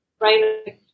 Right